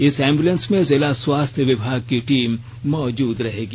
इस एम्बुलेंस में जिला स्वास्थ्य विभाग की टीम मौजूद रहेगी